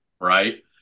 right